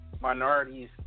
minorities